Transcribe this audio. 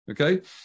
Okay